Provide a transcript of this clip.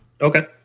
Okay